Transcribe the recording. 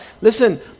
Listen